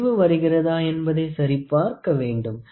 முடிவு வருகிறதா என்பதை சரிபார்க்க வேண்டும்